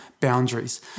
boundaries